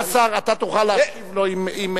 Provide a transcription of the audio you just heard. אדוני השר, אתה תוכל להשיב לו.